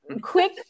quick